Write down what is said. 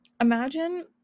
imagine